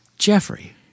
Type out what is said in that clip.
Jeffrey